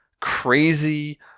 crazy